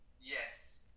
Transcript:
Yes